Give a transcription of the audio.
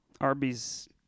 Arby's